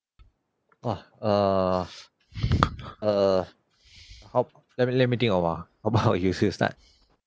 !wah! err err how let me let me think awhile how about you still start